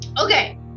Okay